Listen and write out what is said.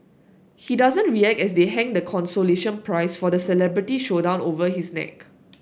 he doesn't react as they hang the consolation prize for the celebrity showdown over his neck